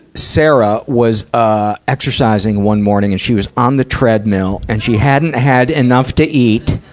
sara, was, ah, exercising one morning. and she was on the treadmill, and she hadn't had enough to eat,